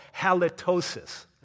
halitosis